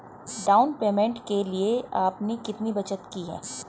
Down payment के लिए आपने कितनी बचत की है?